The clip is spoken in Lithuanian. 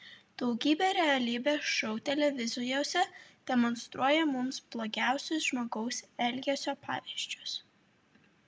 daugybė realybės šou televizijose demonstruoja mums blogiausius žmogaus elgesio pavyzdžius